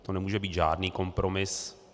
To nemůže být žádný kompromis.